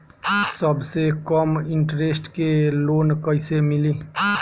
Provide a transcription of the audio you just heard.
सबसे कम इन्टरेस्ट के लोन कइसे मिली?